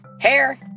hair